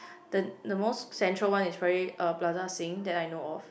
the the most central one is very probably uh Plaza Sing that I know of